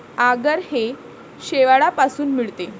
आगर हे शेवाळापासून मिळते